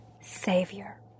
Savior